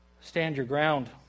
stand-your-ground